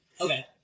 Okay